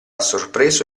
sorpreso